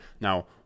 Now